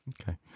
Okay